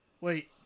Wait